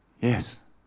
yes